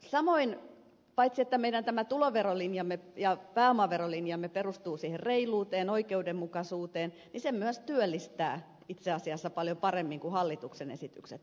samoin paitsi että meidän tuloverolinjamme ja pääomaverolinjamme perustuu reiluuteen ja oikeudenmukaisuuteen niin se myös työllistää itse asiassa paljon paremmin kuin hallituksen tuomat esitykset